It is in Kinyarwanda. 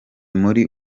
muri